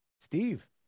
Steve